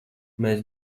mēs